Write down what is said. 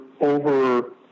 over-